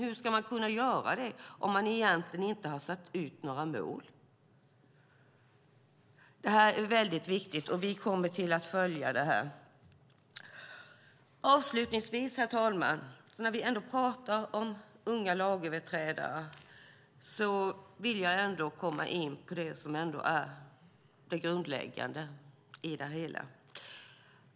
Hur ska man kunna göra det om man inte har satt upp några mål? Dessa frågor är viktiga, och vi kommer att följa dem. Herr talman! När vi ändå talar om unga lagöverträdare vill jag komma in på några grundläggande saker.